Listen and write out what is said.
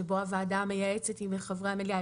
שבו הוועדה המייעצת היא מחברי המליאה.